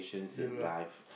!siala!